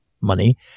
money